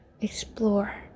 explore